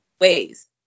ways